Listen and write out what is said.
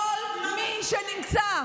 כל מי שנמצא,